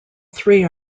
three